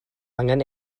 angen